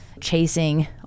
chasing